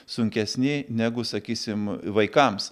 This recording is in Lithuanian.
sunkesni negu sakysim vaikams